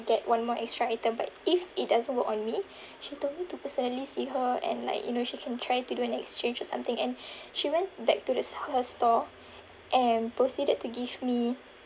get one more extra item but if it doesn't work on me she told me to personally see her and like you know she can try to do an exchange or something and she went back to this her store and proceeded to give me